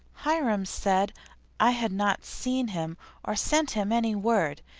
hiram said i had not seen him or sent him any word,